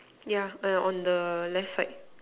yeah !aiya! on the left side